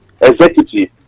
executive